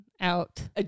Out